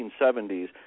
1970s